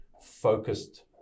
focused